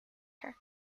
her